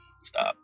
Stop